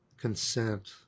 Consent